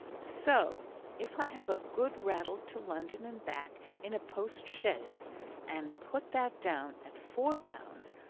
so if i have a good rattle to london and back in a post-chaise and put that down at four pounds,